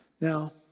Now